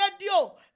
radio